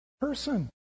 person